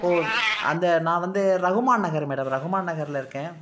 ஓ அந்த நான் வந்து ரகுமான் நகரு மேடம் ரகுமான் நகரில் இருக்கேன்